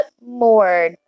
more